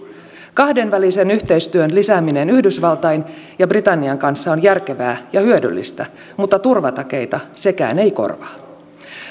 kahdenvälisen yhteistyön lisääminen yhdysvaltain ja britannian kanssa on järkevää ja hyödyllistä mutta turvatakeita sekään ei korvaa